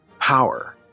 power